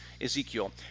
Ezekiel